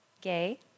gay